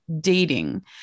dating